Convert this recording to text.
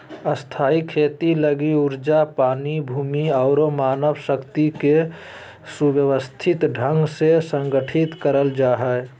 स्थायी खेती लगी ऊर्जा, पानी, भूमि आरो मानव शक्ति के सुव्यवस्थित ढंग से संगठित करल जा हय